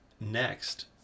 Next